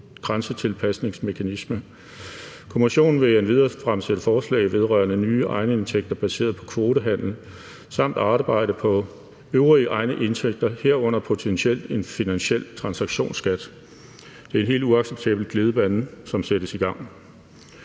CO2-grænsetilpasningsmekanisme. Kommissionen vil endvidere fremsætte forslag vedrørende nye egenindtægter baseret på kvotehandel samt arbejde på øvrige egne indtægter, herunder potentielt en finansiel transaktionsskat. Det er en helt uacceptabel glidebane, som sættes i gang.